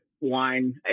wine